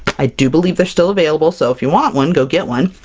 i do believe they're still available, so if you want one, go get one!